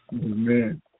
Amen